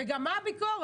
וגם מה הביקורת?